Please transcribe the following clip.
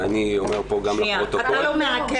ואני אומר פה גם לפרוטוקול -- אתה לא מעקם